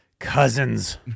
cousins